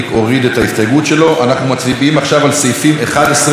אנחנו מצביעים עכשיו על סעיפים 11 ו-12 לחוק,